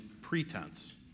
pretense